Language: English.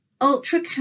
Ultra